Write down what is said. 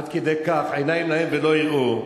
עד כדי כך עיניים להם ולא יראו,